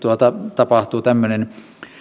tapahtuu tämmöinen